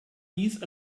dies